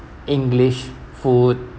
english food